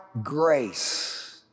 grace